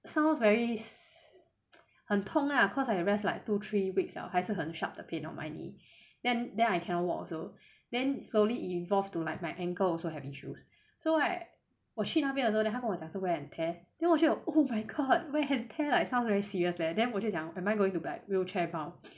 sounds very 很痛啦 cause I rest like two three weeks liao 还是很 sharp the pain on my knee then then I cannot walk also then slowly evolved to like my ankles also have issues so like 我去那边的时候 then 他跟我讲是 wear and tear then 我就 oh my god sounds very serious leh then 我就讲 am I going to like wheelchair bound